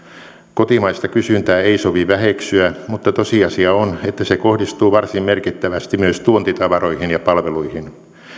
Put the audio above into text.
kotimaista kysyntää ei sovi väheksyä mutta tosiasia on että se kohdistuu varsin merkittävästi myös tuontitavaroihin ja palveluihin